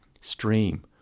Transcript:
stream